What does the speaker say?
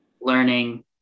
learning